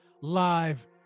live